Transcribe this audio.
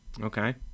Okay